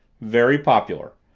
very popular.